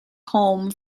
home